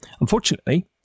unfortunately